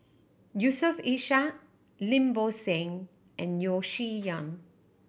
Yusof Ishak Lim Bo Seng and Yeo Shih Yun